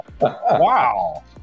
wow